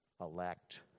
elect